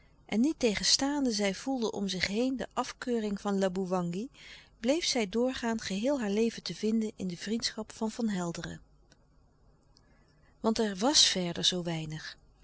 en niettegenstaande zij voelde om zich heen de afkeuring van laboewangi bleef zij doorgaan geheel haar leven te vinden in de vriendschap van van helderen want er was verder zoo weinig